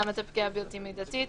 גם את הפגיעה הבלתי מידיתית.